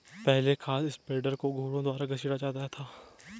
पहले खाद स्प्रेडर को घोड़ों द्वारा घसीटा जाता था